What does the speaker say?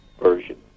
version